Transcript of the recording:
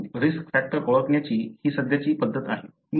परंतु risk factor ओळखण्याची ही सध्याची पद्धत आहे